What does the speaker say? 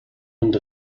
and